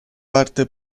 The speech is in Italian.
parte